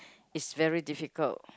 it's very difficult